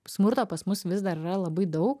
smurto pas mus vis dar yra labai daug